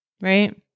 right